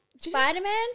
Spider-Man